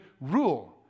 rule